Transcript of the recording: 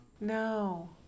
No